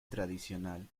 tradicional